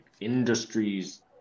industries